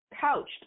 couched